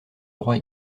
droit